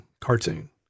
cartoon